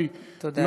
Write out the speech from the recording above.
תודה, אדוני.